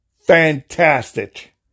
fantastic